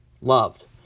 loved